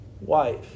wife